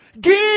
Give